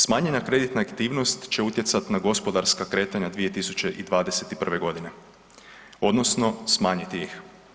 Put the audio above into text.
Smanjena kreditna aktivnost će utjecati na gospodarska kretanja 2021. godine odnosno smanjiti ih.